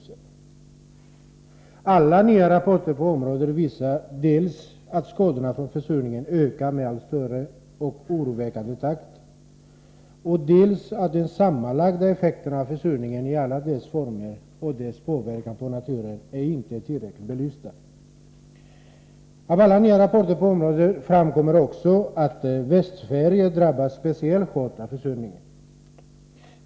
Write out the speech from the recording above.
Av alla nya rapporter på detta område framgår dels att skadorna till följd av försurningen ökar i allt snabbare och i allt mera oroväckande takt, dels att den totala effekten av försurningen i alla dess former samt dess påverkan på naturen inte är tillräckligt belysta. Av rapporterna framgår dessutom att Västsverige drabbas speciellt hårt av försurningen.